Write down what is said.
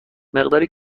مقداری